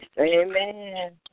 Amen